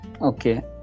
Okay